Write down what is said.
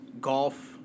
golf